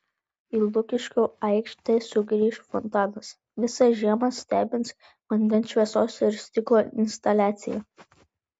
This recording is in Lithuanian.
į lukiškių aikštę sugrįš fontanas visą žiemą stebins vandens šviesos ir stiklo instaliacija